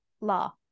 law